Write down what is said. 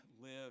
live